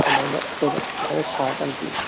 ꯑꯃꯥꯏꯅ ꯑꯩꯈꯣꯏꯗ ꯑꯃꯥꯏꯅ ꯁꯥꯔꯀꯥꯟ ꯄꯤ